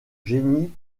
génie